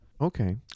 Okay